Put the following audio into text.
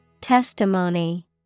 Testimony